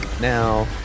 Now